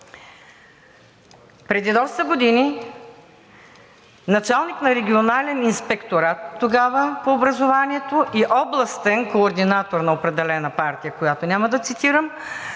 Преди доста години началник на регионален инспекторат – тогава, по образованието и областен координатор на определена партия, която няма да цитирам,